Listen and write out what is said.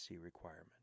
requirement